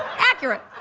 accurate.